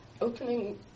Opening